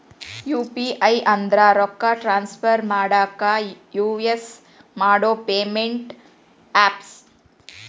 UPI ಅಂದ್ರ ರೊಕ್ಕಾ transfer ಮಾಡಾಕ ಯುಸ್ ಮಾಡೋ ಪೇಮೆಂಟ್ ಆಪ್ಸ್